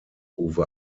uwe